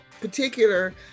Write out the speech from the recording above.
particular